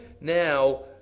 now